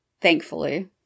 thankfully